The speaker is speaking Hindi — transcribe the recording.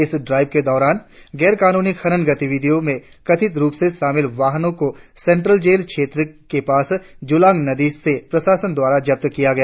इस ड्राइव के दौरान गैर कनूनी खनन गतिविधियो में कथित रुप से शामिल वाहनो को सेंट्रल जेल क्षेत्र के पास जुलांग नदी से प्रशासन द्वारा जब्त किया गया